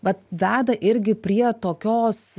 vat veda irgi prie tokios